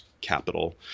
Capital